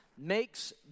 Makes